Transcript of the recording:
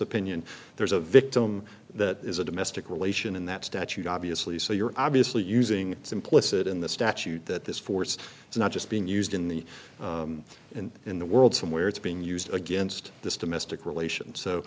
opinion there's a victim that is a domestic relation in that statute obviously so you're obviously using it's implicit in the statute that this force is not just being used in the and in the world somewhere it's being used against this domestic relations so